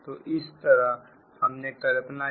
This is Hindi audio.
तो इस तरह हमने कल्पना की